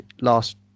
last